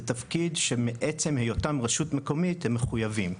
זה תפקיד שמעצם היותם רשות מקומית, הם מחויבים.